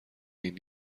این